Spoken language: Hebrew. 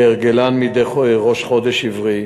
כהרגלן מדי ראש חודש עברי.